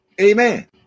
Amen